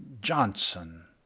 Johnson